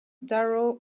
darrow